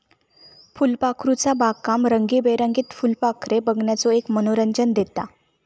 फुलपाखरूचा बागकाम रंगीबेरंगीत फुलपाखरे बघण्याचो एक मनोरंजन देता